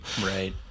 Right